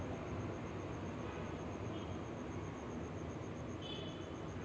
शेती परिस्थितीत शेतीमुळे पर्यावरणाचे होणारे तोटे पाहिले जातत